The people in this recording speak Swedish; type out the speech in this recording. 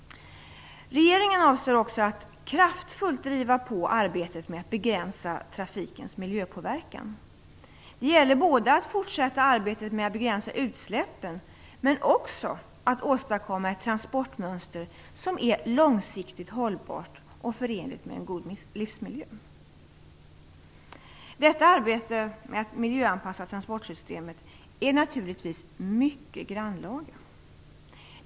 Regeringen avser också att kraftfullt driva på arbetet med att begränsa trafikens miljöpåverkan. Det gäller både att fortsätta arbetet med att begränsa utsläppen, men också att åstadkomma ett transportmönster som är långsiktigt hållbart och förenligt med en god livsmiljö. Arbetet med att miljöanpassa transportsystemet är naturligtvis mycket grannlaga.